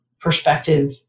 perspective